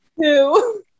Two